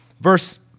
Verse